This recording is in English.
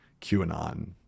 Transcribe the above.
QAnon